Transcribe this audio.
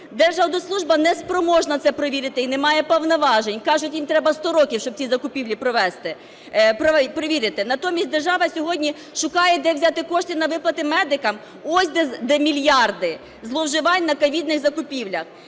Держаудитслужба не спроможна це провірити і немає повноважень. Кажуть, їм треба 100 років, щоб ці закупівлі провести, перевірити. Натомість держава сьогодні шукає, де взяти кошти на виплати медикам. Ось, де мільярди зловживань на ковідних закупівлях.